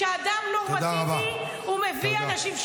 כשאדם נורמטיבי, הוא מביא אנשים --- תודה רבה.